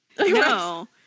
No